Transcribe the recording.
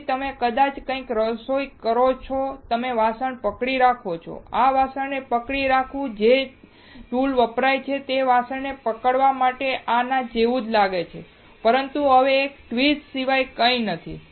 તેથી તમે કદાચ કંઈક રસોઇ કરો છો તમે વાસણને પકડી રાખશો આ વાસણને પકડી રાખવું કે જે ટૂલ વપરાય છે તે વાસણને પકડવા માટે આ એવું જ લાગે છે પરંતુ હવે આ એક ટ્વીઝર સિવાય કંઈ નથી